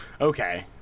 Okay